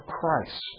Christ